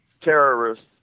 terrorists